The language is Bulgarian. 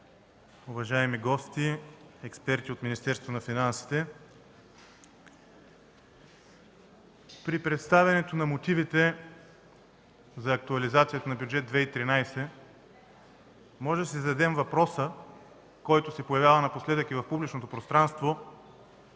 уважаеми гости, експерти от Министерството на финансите! При представянето на мотивите за актуализацията на Бюджет 2013 може да си зададем въпроса, който се появява напоследък и в публичното пространство: